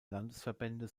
landesverbände